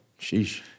Sheesh